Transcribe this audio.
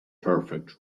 perfect